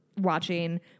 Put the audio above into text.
watching